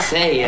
Say